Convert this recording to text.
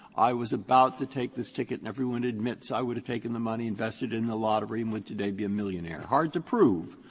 i was about to take this ticket, and everyone admits i would have taken the money, invested in the lottery, and would today be a millionaire. hard to prove,